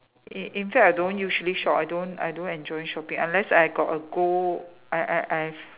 in in fact I don't usually shop I don't I don't enjoy shopping unless I got a goal I I I have